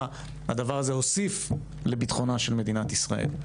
הדבר הזה הוסיף לביטחונה של מדינת ישראל.